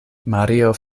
mario